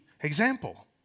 example